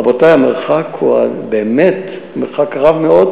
רבותי, המרחק הוא באמת מרחק רב מאוד.